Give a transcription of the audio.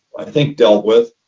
i think, dealt with,